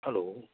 hello